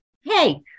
Hey